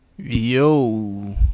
Yo